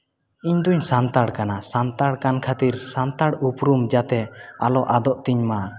ᱤᱧᱫᱩᱧ ᱥᱟᱱᱛᱟᱲ ᱠᱟᱱᱟ ᱥᱟᱱᱛᱟᱲ ᱠᱟᱱ ᱠᱷᱟᱹᱛᱤᱨ ᱥᱟᱱᱛᱟᱲ ᱩᱯᱨᱩᱢ ᱡᱟᱛᱮ ᱟᱞᱚ ᱟᱫᱚᱜ ᱛᱤᱧ ᱢᱟ